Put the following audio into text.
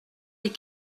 les